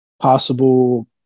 possible